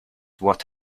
what